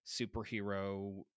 superhero